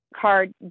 card